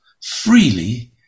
freely